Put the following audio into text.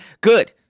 Good